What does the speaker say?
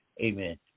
Amen